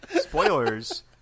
Spoilers